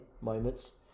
moments